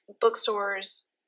bookstores